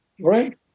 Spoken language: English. Right